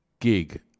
gig